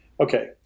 Okay